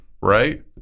right